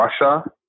Russia